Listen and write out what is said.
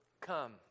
come